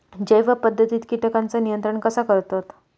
जैव पध्दतीत किटकांचा नियंत्रण कसा करतत?